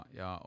ja